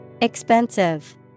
Expensive